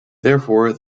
therefore